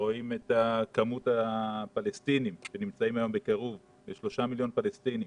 רואים את כמות הפלסטינים, כשלושה מיליון בקירוב,